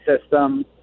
system